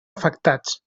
afectats